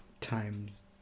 times